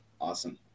Awesome